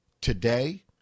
Today